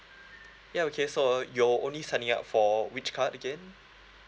ya okay so uh you're only signing up for which card again